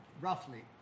Roughly